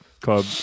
Club